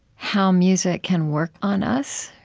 how music can work on us,